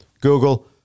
Google